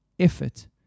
Effort